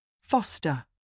Foster